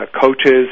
coaches